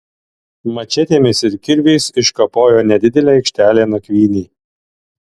mačetėmis ir kirviais iškapojo nedidelę aikštelę nakvynei